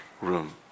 room